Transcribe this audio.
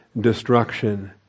destruction